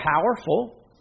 powerful